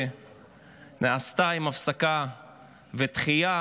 שנעשתה עם הפסקה ודחייה: